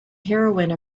heroine